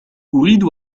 أريد